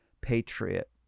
patriot